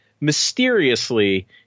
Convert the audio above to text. mysteriously